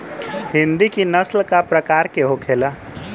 हिंदी की नस्ल का प्रकार के होखे ला?